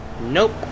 Nope